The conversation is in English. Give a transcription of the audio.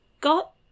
got